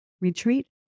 Retreat